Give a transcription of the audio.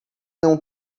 não